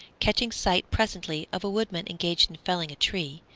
catching sight presently of a woodman engaged in felling a tree,